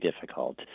difficult